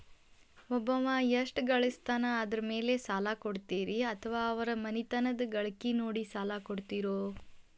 ಒಬ್ಬವ ಎಷ್ಟ ಗಳಿಸ್ತಾನ ಅದರ ಮೇಲೆ ಸಾಲ ಕೊಡ್ತೇರಿ ಅಥವಾ ಅವರ ಮನಿತನದ ಗಳಿಕಿ ನೋಡಿ ಸಾಲ ಕೊಡ್ತಿರೋ?